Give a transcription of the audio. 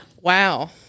Wow